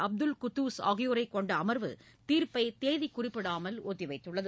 அப்துல் குத்துஸ் ஆகியோரைக் கொண்ட அமர்வு தீர்ப்பை தேதி குறிப்பிடாமல் ஒத்திவைத்தது